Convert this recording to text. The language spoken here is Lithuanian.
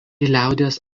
liaudies